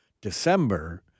December